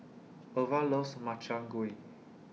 Irva loves Makchang Gui